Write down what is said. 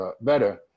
better